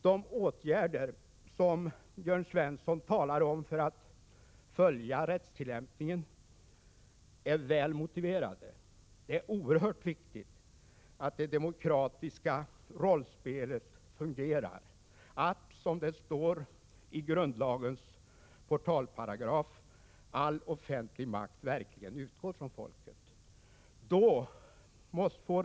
De åtgärder för att följa rättstillämpningen som Jörn Svensson talade om är väl motiverade. Det är oerhört viktigt att det demokratiska rollspelet fungerar och att, som det står i grundlagens portalparagraf, all offentlig makt verkligen utgår från folket.